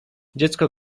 dziecko